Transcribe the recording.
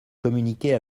communiquer